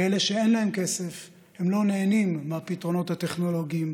ואלה שאין להם כסף לא נהנים מהפתרונות הטכנולוגיים.